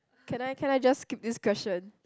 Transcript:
can I can I just skip this question